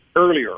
earlier